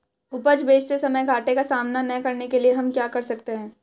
उपज बेचते समय घाटे का सामना न करने के लिए हम क्या कर सकते हैं?